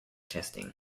testing